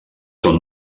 són